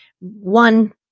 one